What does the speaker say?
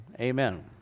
amen